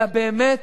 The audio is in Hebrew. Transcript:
אלא באמת